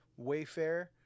Wayfair